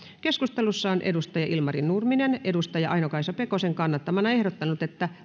keskustelussa on ilmari nurminen aino kaisa pekosen kannattamana ehdottanut että